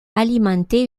alimentait